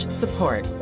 support